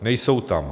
Nejsou tam.